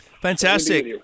Fantastic